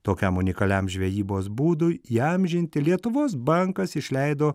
tokiam unikaliam žvejybos būdui įamžinti lietuvos bankas išleido